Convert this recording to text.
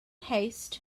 haste